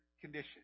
condition